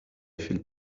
felt